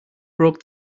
broke